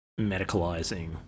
medicalizing